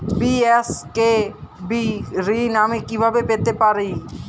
BSKB ঋণ আমি কিভাবে পেতে পারি?